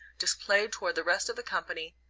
displayed toward the rest of the company,